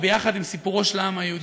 ביחד עם סיפורו של העם היהודי.